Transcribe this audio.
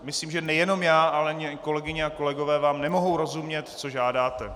Myslím, že nejenom já, ale i kolegyně a kolegové vám nemohou rozumět, co žádáte.